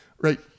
right